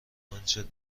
آنچه